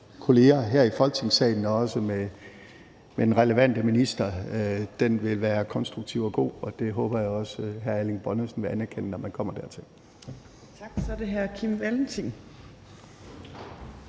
kolleger her i Folketingssalen og også med den relevante minister, vil være konstruktiv og god. Det håber jeg også hr. Erling Bonnesen vil anerkende, når man kommer dertil. Kl. 17:53 Tredje